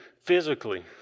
physically